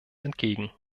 entgegen